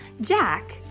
Jack